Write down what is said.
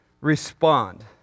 respond